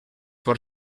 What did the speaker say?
for